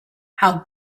how